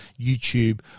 YouTube